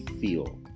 feel